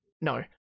no